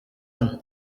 hano